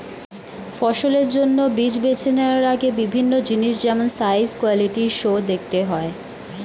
ফসলের জন্য বীজ বেছে নেওয়ার আগে বিভিন্ন জিনিস যেমন সাইজ, কোয়ালিটি সো দেখতে হয়